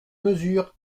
mesure